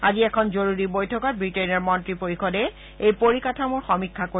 আজি এখন জৰুৰী বৈঠকত ৱিটেইনৰ মন্ত্ৰী পৰিষদে এই পৰিকাঠামোৰ সমীক্ষা কৰিব